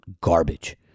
garbage